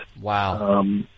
Wow